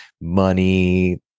money